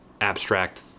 abstract